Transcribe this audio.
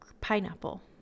pineapple